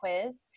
quiz